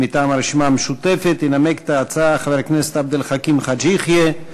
מטעם הרשימה המשותפת ינמק את ההצעה חבר הכנסת עבד אל חכים חאג' יחיא.